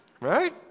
Right